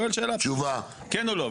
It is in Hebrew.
כן או לא?